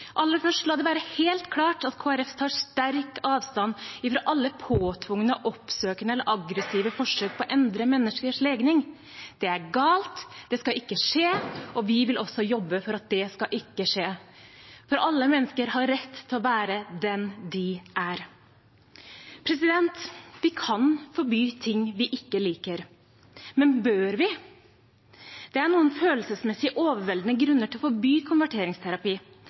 Aller først: La det være helt klart at Kristelig Folkeparti tar sterkt avstand fra alle påtvungne, oppsøkende eller aggressive forsøk på å endre menneskers legning. Det er galt. Det skal ikke skje. Vi vil også jobbe for at det ikke skal skje, for alle mennesker har rett til å være den de er. Vi kan forby ting vi ikke liker. Men bør vi? Det er noen følelsesmessige, overveldende grunner til å forby konverteringsterapi,